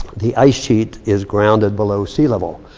the ice sheet is grounded below sea-level.